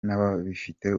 n’abafite